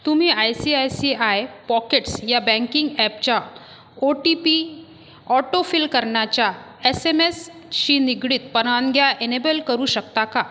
तुम्ही I C I C I pockets या banking ॲपच्या ओ टी पी ऑटोफिल करण्याच्या एस एम एसशी निगडीत परवानग्या एनेबल करू शकता का